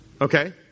Okay